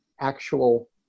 actual